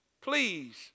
please